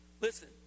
Listen